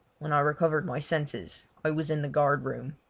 when i recovered my senses i was in the guard room.